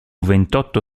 ventotto